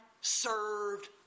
served